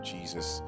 Jesus